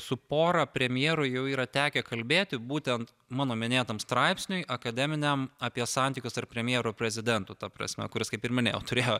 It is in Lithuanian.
su pora premjerų jau yra tekę kalbėti būtent mano minėtam straipsniui akademiniam apie santykius tarp premjerų ir prezidentų ta prasme kuris kaip ir minėjau turėjo